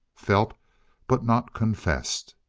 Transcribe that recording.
felt but not confessed.